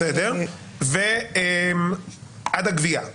עד הגבייה?